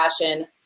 passion